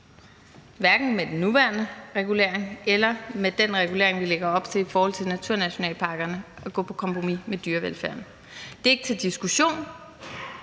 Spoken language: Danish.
hverken med den nuværende regulering eller med den regulering, vi lægger op til i forhold til naturnationalparkerne – at gå på kompromis med dyrevelfærden. Det er ikke til diskussion.